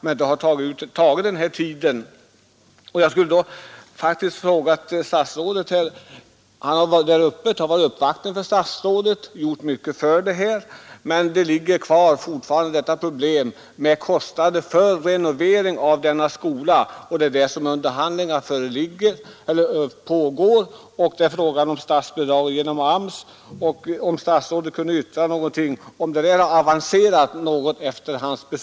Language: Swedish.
Men det har dragit ut på tiden. Jag skulle vilja fråga statsrådet, som besökt Gävle och som gjort mycket för den här verksamheten, om hur långt de pågående underhandlingarna avancerat. Här finns fortfarande problem med kostnader för renovering av denna skola. Det är fråga om statsbidrag eller bidrag genom AMS.